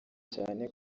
cyane